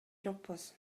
жокпуз